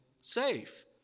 safe